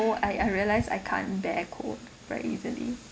I I realise I can't bear cold very easily